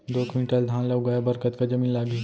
दो क्विंटल धान ला उगाए बर कतका जमीन लागही?